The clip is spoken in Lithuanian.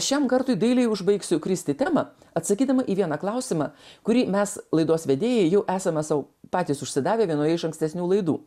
šiam kartui dailiai užbaigsiu kristi temą atsakydama į vieną klausimą kurį mes laidos vedėjai jau esame sau patys užsidavę vienoje iš ankstesnių laidų